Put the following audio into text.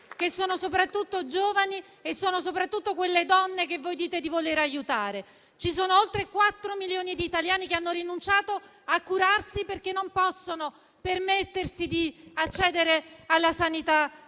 che sono soprattutto giovani e quelle donne che dite di voler aiutare. Ci sono oltre 4 milioni di italiani che hanno rinunciato a curarsi, perché non possono permettersi di accedere alla sanità